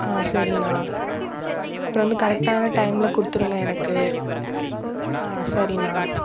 ஆ சரிண்ணா அப்புறம் வந்து கரெக்டான டைமில் கொடுத்துருங்க எனக்கு ஆ சரிண்ணா